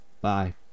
Bye